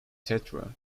tetra